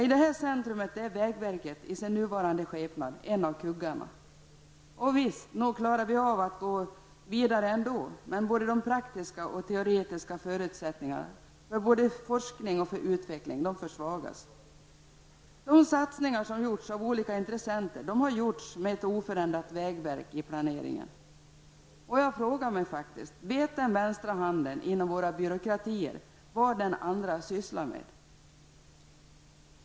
I detta centrum är vägverket i sin nuvarande skepnad en av kuggarna. Visst! Nog klarar vi av att gå vidare ändå, men både de praktiska och teoretiska förutsättningarna för forskning och utveckling försvagas. De satsningar som gjorts av olika intressenter har gjorts med vägverket i åtanke. Jag frågar mig: Vet den vänstra handen inom våra byråkratier vad den andra sysslar med?